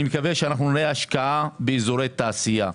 אני מקווה שנראה השקעה באזורי תעשייה.